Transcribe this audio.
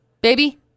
Baby